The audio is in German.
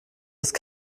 ist